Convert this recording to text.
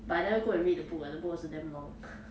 but I never go and read a book ah the book also damn long